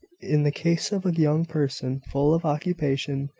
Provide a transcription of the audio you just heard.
in the case of a young person, full of occupation,